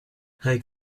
hij